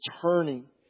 turning